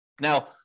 Now